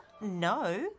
no